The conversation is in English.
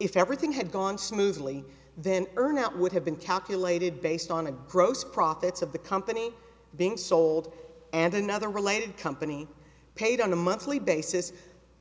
if everything had gone smoothly then earn out would have been calculated based on the gross profits of the company being sold and another related company paid on a monthly basis